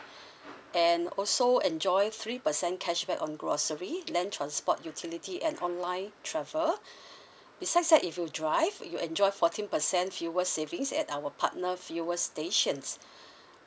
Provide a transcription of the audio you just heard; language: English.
and also enjoy three percent cashback on grocery land transport utility and online transfer besides that if you drive you enjoy fourteen percent fuel savings at our partner fuel stations